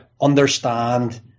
understand